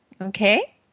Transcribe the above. Okay